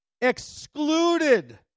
excluded